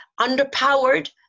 underpowered